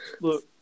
look